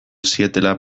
zietela